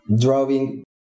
drawing